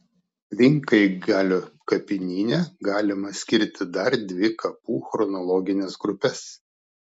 plinkaigalio kapinyne galima skirti dar dvi kapų chronologines grupes